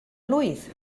blwydd